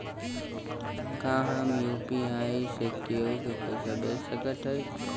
का हम यू.पी.आई से केहू के पैसा भेज सकत हई?